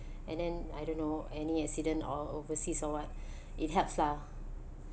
and then I don't know any accident all overseas or what it helps lah